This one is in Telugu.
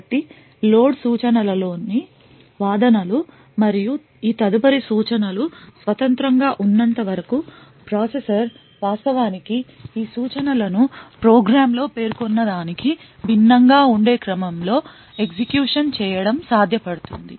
కాబట్టి లోడ్ సూచనలలోని వాదనలు మరియు ఈ తదుపరి సూచనలు స్వతంత్రంగా ఉన్నంతవరకు ప్రాసెసర్ వాస్తవానికి ఈ సూచనలను ప్రోగ్రామ్లో పేర్కొన్న దానికి భిన్నంగా ఉండే క్రమంలో ఎగ్జిక్యూషన్ చేయడం సాధ్యపడుతుంది